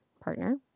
partner